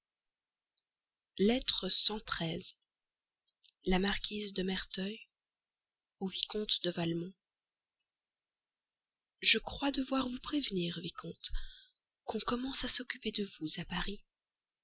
lettre la marquise de merteuil au vicomte de valmont je crois devoir vous prévenir vicomte qu'on commence à s'occuper de vous à paris